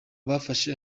bafashe